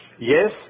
Yes